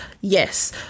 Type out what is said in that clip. Yes